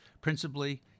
principally